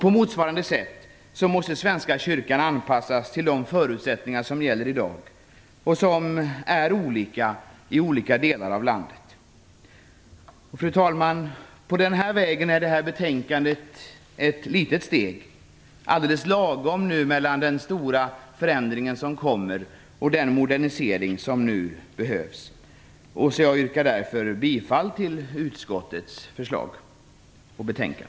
På motsvarande sätt måste Svenska kyrkan anpassas till de förutsättningar som gäller i dag och som är olika i olika delar av landet. Fru talman! På den här vägen är det här betänkandet ett litet steg, alldeles lagom mellan den stora förändring som kommer och den modernisering som nu behövs. Jag yrkar därmed bifall till utskottets hemställan.